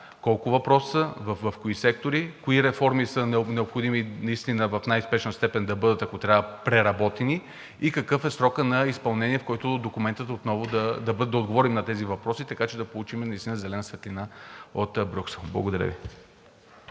колко въпроса, в кои сектори, кои реформи са необходими наистина в най-спешна степен да бъдат, ако трябва, преработени, какъв е срокът на изпълнението, в който да отговорим на тези въпроси, така че да получим наистина зелена светлина от Брюксел? Благодаря Ви.